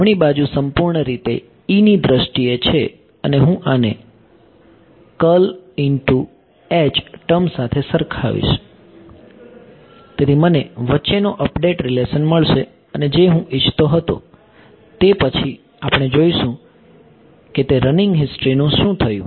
જમણી બાજુ સંપૂર્ણ રીતે ની દ્રષ્ટિએ છે અને હું આને ટર્મ સાથે સરખાવીશ તેથી મને વચ્ચેનો અપડેટ રીલેશન મળશે અને જે હું ઇચ્છતો હતો તે પછી આપણે જોઈશું કે તે રનીંગ હિસ્ટ્રીનું શું થયું